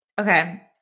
okay